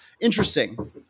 Interesting